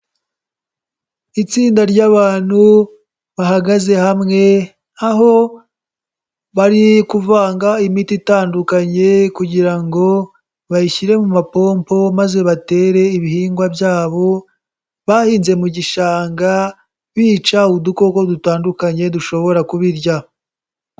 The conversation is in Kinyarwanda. Itsinda ry'abantu bahagaze hamwe aho bari kuvanga imiti itandukanye kugira ngo bayishyire mu mapompo maze batere ibihingwa byabo bahinze mu gishanga bica udukoko dutandukanye dushobora kubirya.